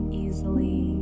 easily